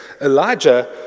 Elijah